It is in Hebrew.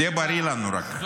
שתהיה בריא לנו רק.